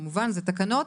אלה תקנות.